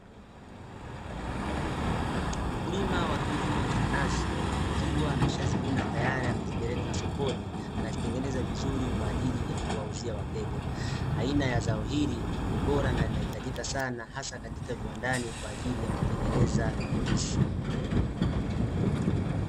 Mkulima wa kilimo cha nanasi, akiwa ameshazivuna tayari amezipeleka sokoni, anazitengeneza vizuri kwaajili ya kuwauzia wateja. Aina ya zao hili, ni bora na linahitajika sana hasa katika viwandani kwaajili ya kutengeneza juisi.